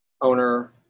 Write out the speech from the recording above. owner